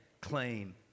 claim